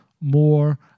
more